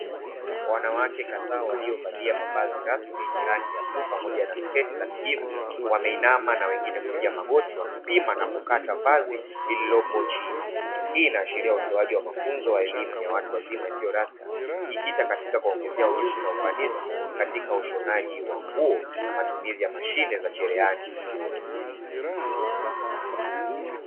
Wanawake kadhaa waliovalia mavazi rasmi yenye rangi ya bluu pamoja na sketi za kujivu wameinama na wengine kupiga magoti wakipima na kukata vazi lililopo chini. Hii inaashiria utoaji wa mafunzo wa elimu ya watu wazima isiyo rasmi ikijikita katika kuwaongezea ujuzi na ufanisi katika ushonaji wa nguo na matumizi ya mashine za cherehani.